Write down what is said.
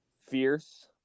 fierce